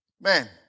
Man